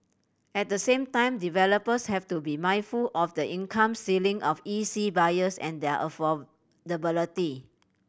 at the same time developers have to be mindful of the income ceiling of E C buyers and their affordability